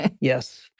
Yes